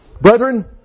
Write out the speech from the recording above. Brethren